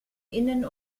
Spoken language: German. innen